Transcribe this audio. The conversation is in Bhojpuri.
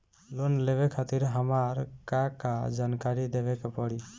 लोन लेवे खातिर हमार का का जानकारी देवे के पड़ी?